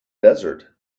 desert